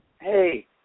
hey